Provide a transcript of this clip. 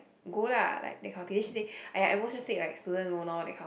go lah like that kind of thing then she say !aiya! at most just take like student loan lor that kind of